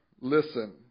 listen